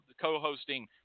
co-hosting